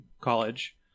college